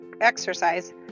exercise